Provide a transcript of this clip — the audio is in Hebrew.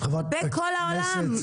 בכל העולם,